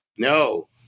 No